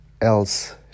else